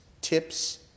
tips